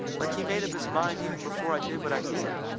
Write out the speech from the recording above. like he made up his mind, even before i did what i did.